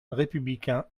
républicain